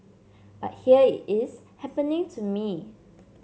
but here it is happening to me